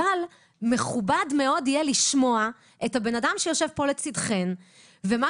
אבל יהיה מכובד מאוד לשמוע את האדם שיושב פה לצידכן ומה